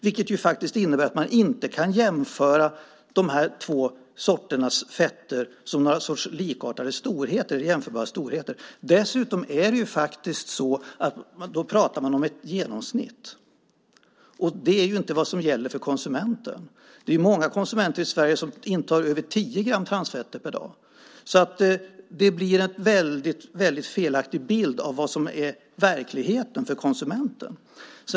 Det innebär att man inte kan jämföra de två sorternas fett som något slags likartade eller jämförbara storheter. Dessutom talar man om ett genomsnitt. Det är inte vad som gäller för konsumenten. Det är många konsumenter i Sverige som intar över tio gram transfetter per dag. Det blir en väldigt felaktig bild av vad som är verkligheten för konsumenten.